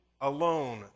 alone